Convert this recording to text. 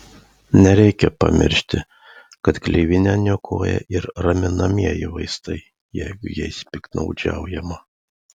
nereikia pamiršti kad gleivinę niokoja ir raminamieji vaistai jeigu jais piktnaudžiaujama